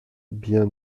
bien